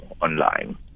online